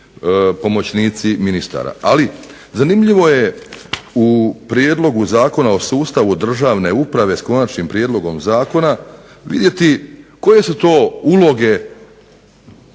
pomoćnici ministara, ali zanimljivo je u prijedlogu zakona o sustavu državne uprave s Konačnim prijedlogom zakona vidjeti koje su to uloge